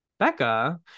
Becca